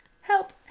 help